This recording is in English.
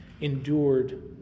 endured